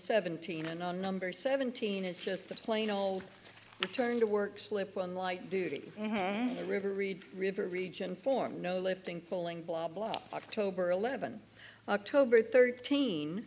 seventeen and on number seventeen it's just a plain old turn to work slip on light duty the river read river region form no lifting pulling blah blah october eleven october